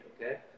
okay